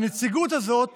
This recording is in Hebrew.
הנציגות הזאת